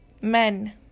Men